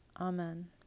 Amen